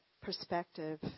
perspective